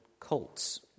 Cults